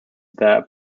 that